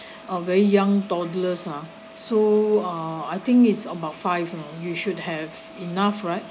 uh very young toddlers ah so uh I think it's about five oh you should have enough right